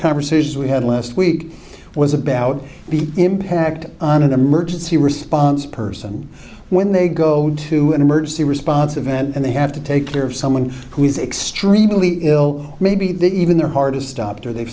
conversations we had last week was about the impact on an emergency response person when they go to an emergency response event and they have to take care of someone who is extremely ill maybe they even their hardest stopped or they